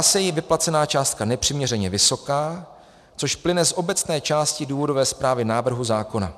Zdá se jí vyplacená částka nepřiměřeně vysoká, což plyne z obecné části důvodové zprávy návrhu zákona.